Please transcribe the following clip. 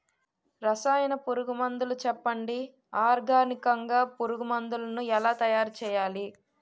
రసాయన పురుగు మందులు చెప్పండి? ఆర్గనికంగ పురుగు మందులను ఎలా తయారు చేయాలి?